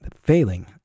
failing